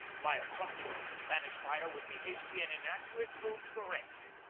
my assumption that the spanish fire would be hasty and inaccurate proved correct.